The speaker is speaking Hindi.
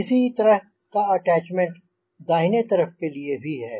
इसी तरह का अटैच्मेंट दाहिने तरफ़ के लिए भी है